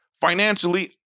financially